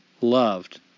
loved